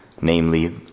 namely